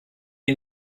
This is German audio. ihn